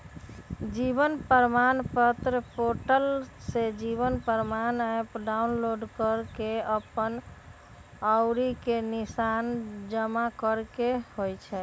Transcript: जीवन प्रमाण पोर्टल से Jeevan Pramaan app download कऽ के अप्पन अँउरी के निशान जमा करेके होइ छइ